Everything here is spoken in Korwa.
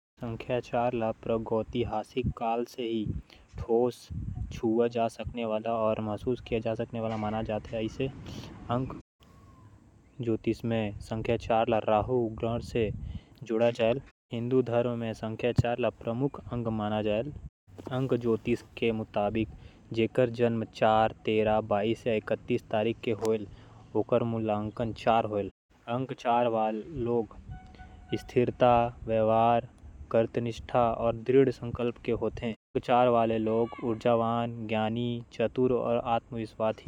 हिन्दू धर्म म नंबर चार के महत्ता बहुत जादा हावय। एला हिन्दू धर्म के मुख्य संख्या माने जाथे। ये संख्या सिद्धांत संस्कृति अउ अध्यात्म ले जुड़े हावय। अंक शास्त्र के मुताबिक जउन मनखे मन ल रेडिक्स फोर हे। ओमन बहुत संवेदनशील होथे। ये लोगन अपन परिवार अउ घर के रिश्ता ल बड़ महत्ता देत हावयं। ये लोगन मन खुदे बुता करे म विशवास